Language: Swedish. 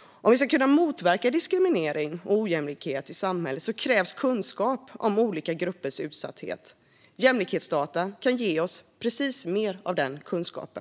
Om vi ska kunna motverka diskriminering och ojämlikhet i samhället krävs kunskap om olika gruppers utsatthet. Jämlikhetsdata kan ge oss mer av just sådan kunskap.